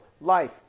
life